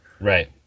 right